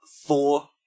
four